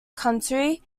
county